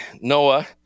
Noah